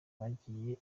yagiye